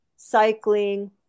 cycling